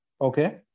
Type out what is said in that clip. Okay